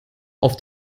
auf